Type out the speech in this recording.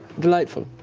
delightful.